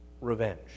revenge